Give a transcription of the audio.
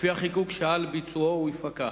ולפי החיקוק שעל ביצועו הוא יפקח,